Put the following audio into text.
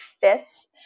fits